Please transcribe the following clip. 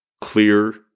clear